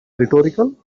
rhetorical